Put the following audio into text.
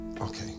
okay